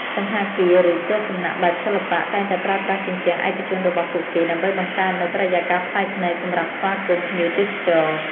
សណ្ឋាគារ ឬផ្ទះសំណាក់បែបសិល្បៈ តែងតែប្រើប្រាស់ជញ្ជាំងឯកជនរបស់ពួកគេដើម្បីបង្កើតនូវបរិយាកាសប្លែកភ្នែកសម្រាប់ស្វាគមន៍ភ្ញៀវទេសចរ។